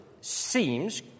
seems